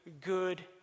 good